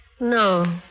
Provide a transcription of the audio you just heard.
No